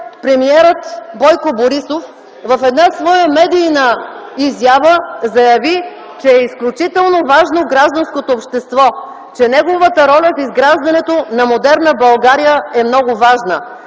премиерът Бойко Борисов в една своя медийна изява заяви, че е изключително важно гражданското общество, че неговата роля за изграждането на модерна България е много важна.